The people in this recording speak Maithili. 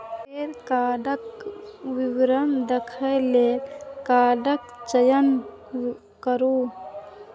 फेर कार्डक विवरण देखै लेल कार्डक चयन करू